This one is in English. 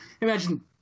Imagine